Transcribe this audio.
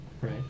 right